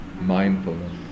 mindfulness